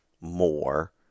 more